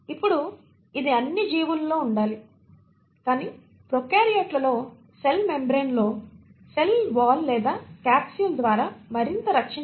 ఇప్పుడు ఇది అన్ని జీవులలో ఉండాలి కానీ ప్రొకార్యోట్లలో సెల్లో మెంబ్రేన్ లో సెల్ గోడ లేదా క్యాప్సూల్ ద్వారా మరింత రక్షించబడే వర్గాలను కలిగి ఉండవచ్చు